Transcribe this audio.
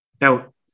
Now